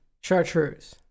Chartreuse